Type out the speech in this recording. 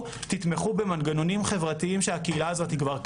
תתמכו במנגנונים חברתיים של הקהילה הזאת שכבר קיימת.